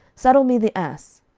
saddle me the ass.